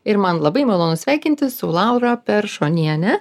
ir man labai malonu sveikintis su laura peršoniene